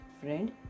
Friend